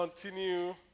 Continue